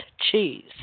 cheese